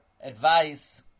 advice